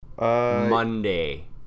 Monday